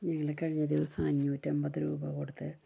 ഞങ്ങള് കഴിഞ ദിവസം അഞ്ഞൂറ്റിഅമ്പതു രൂപ കൊടുത്തു